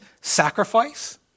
sacrifice